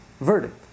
verdict